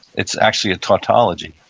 it's actually a tautology.